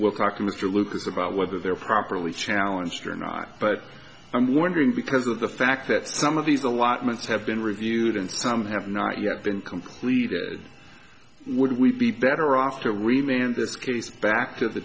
we'll talk to mr lucas about whether they're properly challenged or not but i'm wondering because of the fact that some of these allotments have been reviewed and some have not yet been completed would we be better off to remain in this case back to the